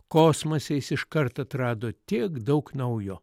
kosmose jis iškart atrado tiek daug naujo